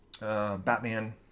Batman